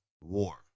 War